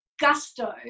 gusto